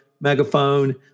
Megaphone